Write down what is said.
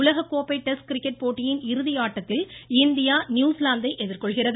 உலகக்கோப்பை test cricket போட்டியின் இறுதி ஆட்டத்தில் இந்தியா நியூசிலாந்தை எதிர்கொள்கிறது